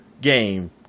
game